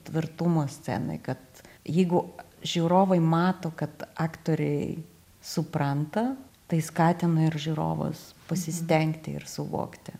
tvirtumo scenoj kad jeigu žiūrovai mato kad aktoriai supranta tai skatina ir žiūrovus pasistengti ir suvokti